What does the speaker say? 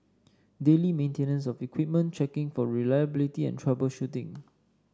daily maintenance of equipment checking for reliability and troubleshooting